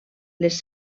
les